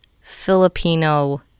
Filipino